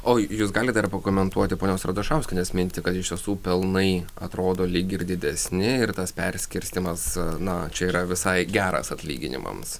o jūs galit dar pakomentuoti ponios radašauskienės mintį kad iš tiesų pelnai atrodo lyg ir didesni ir tas perskirstymas na čia yra visai geras atlyginimams